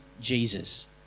Jesus